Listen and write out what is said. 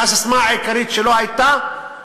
שהססמה העיקרית שלו הייתה